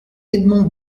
edmond